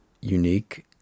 unique